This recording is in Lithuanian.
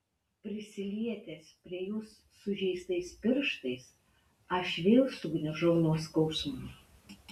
prisilietęs prie jos sužeistais pirštais aš vėl sugniužau nuo skausmų